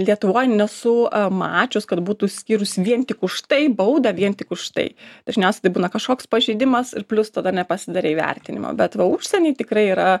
lietuvoj nesu mačius kad būtų skyrus vien tik už tai baudą vien tik už tai dažniausia tai būna kažkoks pažeidimas ir plius tada nepasidarei įvertinimo bet va užsieny tikrai yra